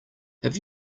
have